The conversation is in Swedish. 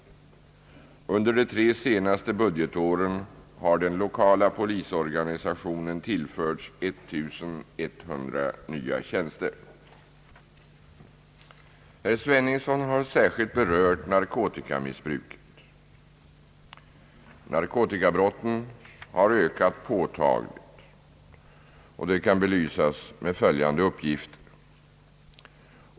Under de tre senaste budgetåren har den lokala polisorganisationen tillförts 1100 nya tjänster. Herr Sveningsson har särskilt berört narkotikamissbruket. Narkotikabrotten har ökat påtagligt, vilket kan belysas med följande uppgifter.